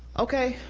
okay,